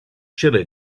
chili